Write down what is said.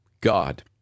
God